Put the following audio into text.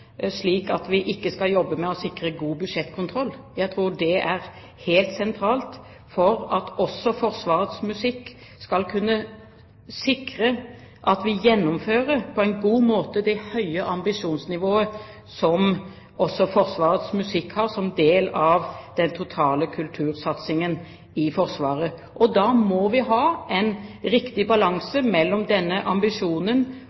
slik at vi ikke skal jobbe med å sikre god budsjettkontroll. Jeg tror det er helt sentralt for Forsvarets musikk, og for at vi skal kunne sikre at vi gjennomfører på en god måte det høye ambisjonsnivået som også Forsvarets musikk har som en del av den totale kultursatsingen i Forsvaret. Da må vi ha en riktig